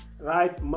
right